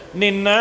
nina